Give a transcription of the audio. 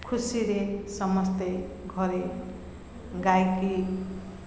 ଖୁସିରେ ସମସ୍ତେ ଘରେ ଗାଇକି